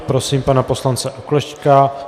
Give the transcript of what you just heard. Prosím pana poslance Oklešťka.